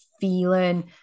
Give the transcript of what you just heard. feeling